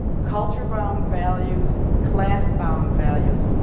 culturebound values classbound values,